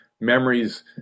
memories